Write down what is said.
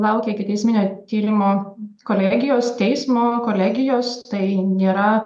laukia ikiteisminio tyrimo kolegijos teismo kolegijos tai nėra